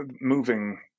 moving